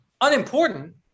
Unimportant